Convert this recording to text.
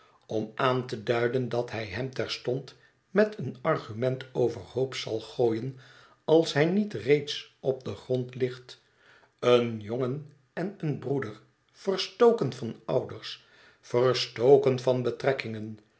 om aan te duiden dat hij hem terstond met een argument overhoop zal gooien als hij niet reeds op den grond ligt een jongen en een broeder verstoken van ouders verstoken van betrekkingen